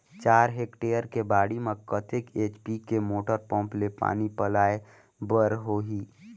चार हेक्टेयर के बाड़ी म कतेक एच.पी के मोटर पम्म ले पानी पलोय बर होही?